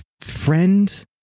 friend